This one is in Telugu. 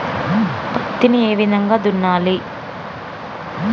పత్తిని ఏ విధంగా దున్నాలి?